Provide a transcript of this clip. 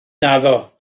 naddo